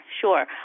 sure